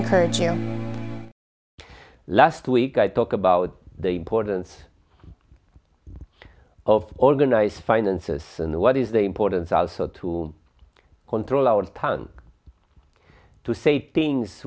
encourage him last week i talk about the importance of organize finances and what is the importance outside to control our town to say things